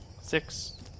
Six